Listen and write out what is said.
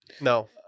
No